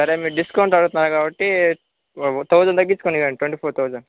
సరే మీరు డిస్కౌంట్ అడుగుతున్నారు కాబట్టి థౌజండ్ తగ్గించుకొని ఇవ్వండి ట్వంటీ ఫోర్ థౌజండ్